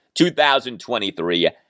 2023